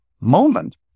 moment